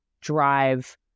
drive